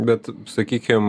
bet sakykim